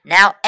Now